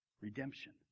redemption